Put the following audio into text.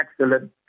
excellent